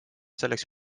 selleks